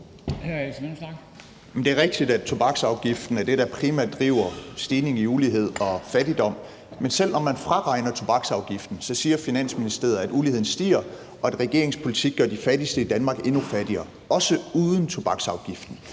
Det er rigtigt, at tobaksafgiften er det, der primært driver stigningen i ulighed og fattigdom, men selv om man fraregner tobaksafgiften – siger Finansministeriet – stiger uligheden, og regeringens politik gør de fattigste i Danmark endnu fattigere, også uden tobaksafgiften.